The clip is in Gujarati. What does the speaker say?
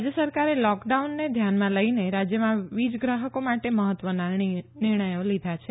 રાજ્ય સરકારે લોકડાઉનને ધ્યાનમાં લઈને રાજ્યમાં વીજગ્રાહકો માટે મહત્વના નિર્ણયો લીધા છે